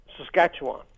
Saskatchewan